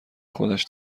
خودش